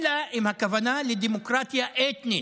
אלא אם כן הכוונה לדמוקרטיה אתנית,